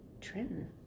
Trenton